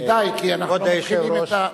כדאי, כי אנחנו מתחילים את,